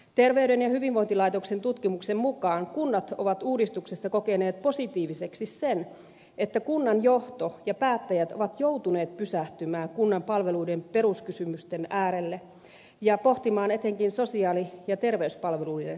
terveyden ja hyvinvoinnin laitoksen tutkimuksen mukaan kunnat ovat uudistuksessa kokeneet positiiviseksi sen että kunnan johto ja päättäjät ovat joutuneet pysähtymään kunnan palveluiden peruskysymysten äärelle ja pohtimaan etenkin sosiaali ja terveyspalveluiden ratkaisuja